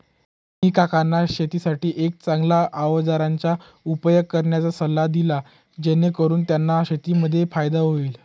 मी काकांना शेतीसाठी एक चांगल्या अवजारांचा उपयोग करण्याचा सल्ला दिला, जेणेकरून त्यांना शेतीमध्ये फायदा होईल